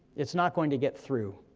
it's not going to get through.